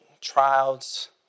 trials